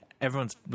everyone's